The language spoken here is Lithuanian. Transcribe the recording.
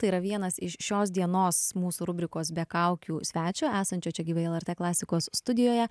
tai yra vienas iš šios dienos mūsų rubrikos be kaukių svečio esančio čia gyvai lrt klasikos studijoje